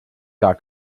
gar